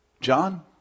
John